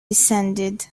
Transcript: descended